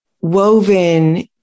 woven